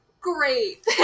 great